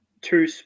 two